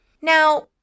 Now